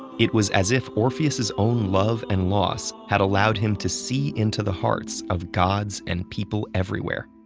it was as if orpheus's own love and loss had allowed him to see into the hearts of gods and people everywhere.